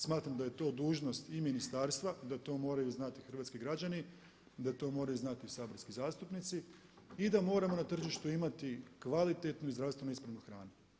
Smatram da je to dužnost i ministarstva, da to moraju znati hrvatski građani, da to moraju zanati saborski zastupnici i da moramo na tržištu imati kvalitetnu i zdravstveno ispravnu hranu.